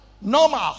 normal